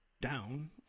down